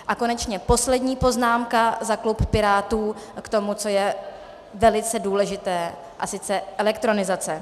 A konečně poslední poznámka za klub Pirátů k tomu, co je velice důležité, a sice elektronizace.